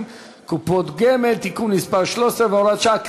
(קופות גמל) (תיקון מס' 13 והוראת שעה),